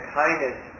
kindness